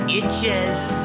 itches